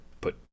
put